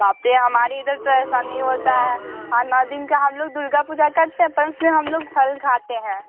बाप रे हमारी इधर तो ऐसा नहीं होता है हाँ नौ दिन का हम लोग दुर्गा पूजा करते हैं पर उसमें हम लोग फल खाते हैं